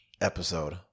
episode